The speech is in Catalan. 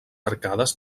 arcades